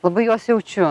labai juos jaučiu